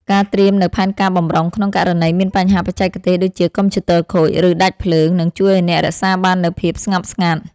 ការត្រៀមនូវផែនការបម្រុង ក្នុងករណីមានបញ្ហាបច្ចេកទេស ដូចជាកុំព្យូទ័រខូច ឬដាច់ភ្លើង នឹងជួយឱ្យអ្នករក្សាបាននូវភាពស្ងប់ស្ងាត់។